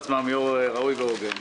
ואנחנו אתך.